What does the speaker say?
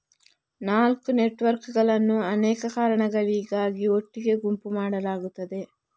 ನಾಲ್ಕು ನೆಟ್ವರ್ಕುಗಳನ್ನು ಅನೇಕ ಕಾರಣಗಳಿಗಾಗಿ ಒಟ್ಟಿಗೆ ಗುಂಪು ಮಾಡಲಾಗುತ್ತದೆ